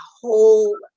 whole